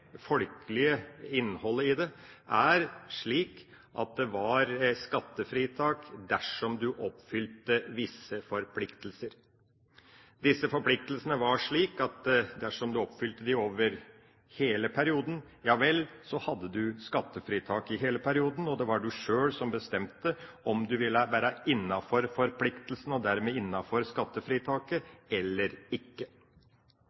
folkelige innholdet i det var slik at det var skattefritak dersom en oppfylte visse forpliktelser. Disse forpliktelsene var slik at dersom en oppfylte dem over hele perioden, hadde en skattefritak i hele perioden, og det var en sjøl som bestemte om en ville være innafor forpliktelsene, og dermed innafor